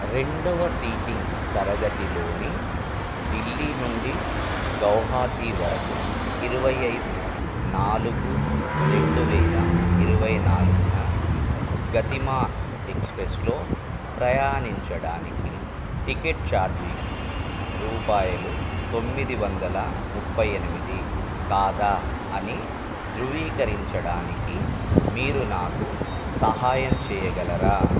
రెండవ సీటింగ్ తరగతిలోని ఢిల్లీ నుండి గౌహాతి వరకు ఇరవై ఐదు నాలుగు రెండువేల ఇరవై నాలుగున గతిమాన్ ఎక్స్ప్రెస్లో ప్రయాణించడానికి టికెట్ ఛార్జీ రూపాయలు తొమ్మిది వందల ముప్పై ఎనిమిది కాదా అని ధృవీకరించడానికి మీరు నాకు సహాయం చేయగలరా